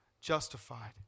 justified